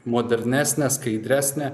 modernesnė skaidresnė